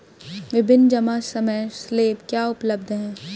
विभिन्न जमा समय स्लैब क्या उपलब्ध हैं?